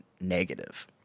negative